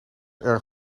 erg